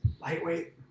Lightweight